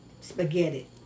spaghetti